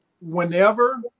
whenever